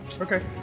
Okay